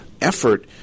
effort